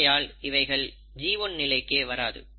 ஆகையால் இவைகள் G1 நிலைக்கே வராது